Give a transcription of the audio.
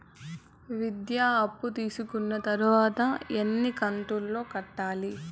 విద్య అప్పు తీసుకున్న తర్వాత ఎన్ని కంతుల లో కట్టాలి?